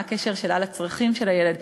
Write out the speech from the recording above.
מה הקשר שלה לצרכים של הילד?